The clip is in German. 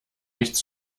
nichts